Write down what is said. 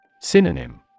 Synonym